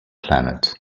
planet